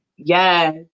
Yes